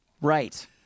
Right